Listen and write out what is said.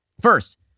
First